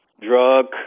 drug